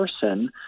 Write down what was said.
person